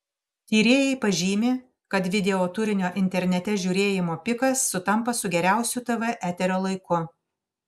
tyrėjai pažymi kad videoturinio internete žiūrėjimo pikas sutampa su geriausiu tv eterio laiku